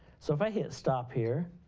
so, if i hit stop here,